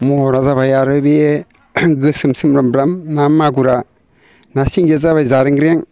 महरा जाबाय आरो बियो गोसोम सोमब्रोमब्रोम नामागुरा नासिंगिया जाबाय जारें रें